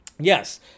Yes